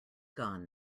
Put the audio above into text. gone